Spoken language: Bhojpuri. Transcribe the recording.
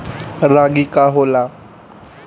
रागी का होला?